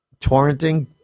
torrenting